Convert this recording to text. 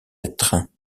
êtres